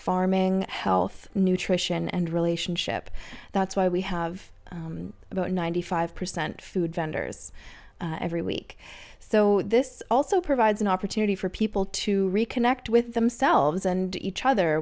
farming health nutrition and relationship that's why we have about ninety five percent food vendors every week so this also provides an opportunity for people to reconnect with themselves and each other